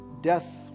death